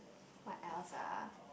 what else ah